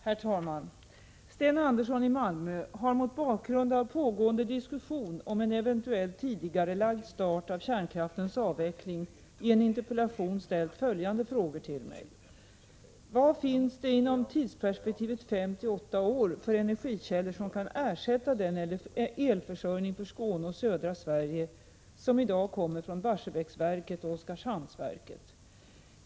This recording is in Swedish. Herr talman! Sten Andersson i Malmö har mot bakgrund av pågående diskussion om en eventuellt tidigarelagd start av kärnkraftens avveckling i en interpellation ställt följande frågor till mig: Vad finns det inom tidsperspektivet fem-åtta år för energikällor som kan ersätta den elförsörjning för Skåne och södra Sverige som i dag kommer från Barsebäcksverket och Oskarshamnsverket?